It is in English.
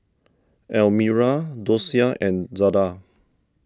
Almira Dosia and Zada